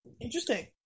Interesting